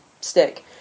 Stick